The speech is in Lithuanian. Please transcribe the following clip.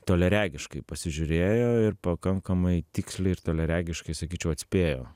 toliaregiškai pasižiūrėjo ir pakankamai tiksliai ir toliaregiškai sakyčiau atspėjo